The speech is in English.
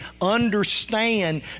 understand